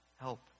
help